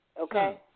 Okay